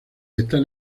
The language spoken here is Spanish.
están